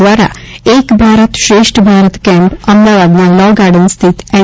દ્વારા એક ભારત શ્રેષ્ઠ ભારત કેમ્પ અમદાવાદના law garden સ્થિત એન